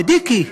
בדיכאון, בדיכי,